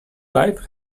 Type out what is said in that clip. life